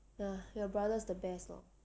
ugh your brother is the best lor